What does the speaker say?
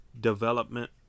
development